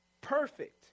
perfect